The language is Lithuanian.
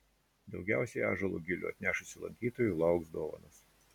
daugiausiai ąžuolo gilių atnešusių lankytojų lauks dovanos